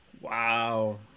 Wow